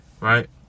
Right